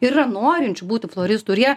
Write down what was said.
ir yra norinčių būti floristų ir jie